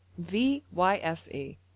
Vyse